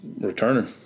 returner